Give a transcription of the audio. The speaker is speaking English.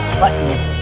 buttons